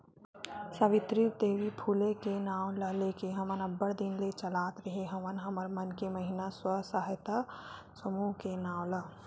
सावित्री देवी फूले के नांव ल लेके हमन अब्बड़ दिन ले चलात रेहे हवन हमर मन के महिना स्व सहायता समूह के नांव ला